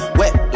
wet